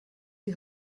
die